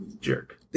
jerk